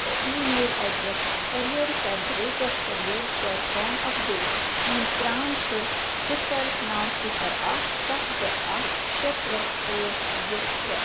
تہٕ email address careers at the rate of careers dot com update میٛون پران چھُ صِفر نَو صِفر اکھ سَتھ زٕ اکھ شےٚ ترٛےٚ ٲٹھ زٕ ترٛےٚ